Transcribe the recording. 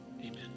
Amen